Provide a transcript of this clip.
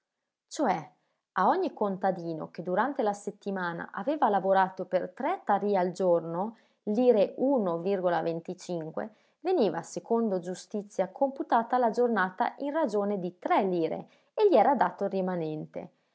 cioè a ogni contadino che durante la settimana aveva lavorato per tre tarì al giorno veniva secondo giustizia computata la giornata in ragione di tre lire e gli era dato il rimanente